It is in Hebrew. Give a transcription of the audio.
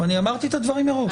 אני אמרתי את הדברים מראש.